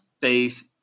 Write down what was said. face